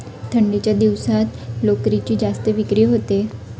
थंडीच्या दिवसात लोकरीची जास्त विक्री होते